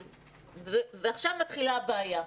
עכשיו מתחילה הבעיה,